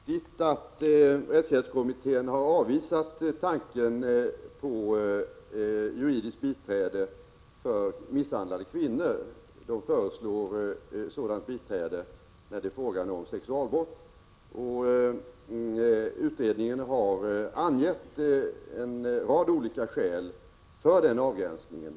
Fru talman! Det är riktigt att rättshjälpskommittén har avvisat tanken på juridiskt biträde åt misshandlade kvinnor och föreslagit sådant biträde när det är fråga om sexualbrott. Utredningen har angett en rad olika skäl för den avgränsningen.